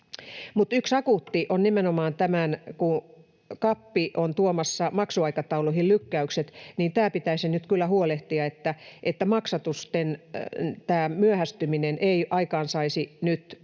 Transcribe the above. yksi akuutti on nimenomaan tämä, että kun CAP on tuomassa maksuaikatauluihin lykkäykset, niin nyt pitäisi kyllä huolehtia, että maksatusten myöhästyminen ei aikaansaisi pahaa